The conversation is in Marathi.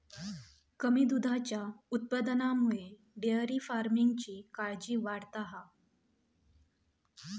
कमी दुधाच्या उत्पादनामुळे डेअरी फार्मिंगची काळजी वाढता हा